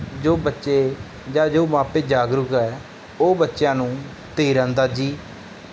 ਜੋ ਬੱਚੇ ਜਾਂ ਜੋ ਮਾਪੇ ਜਾਗਰੂਕ ਹੈ ਉਹ ਬੱਚਿਆਂ ਨੂੰ ਤੀਰ ਅੰਦਾਜ਼ੀ